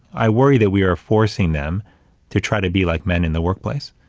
i worry that we are forcing them to try to be like men in the workplace.